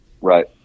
Right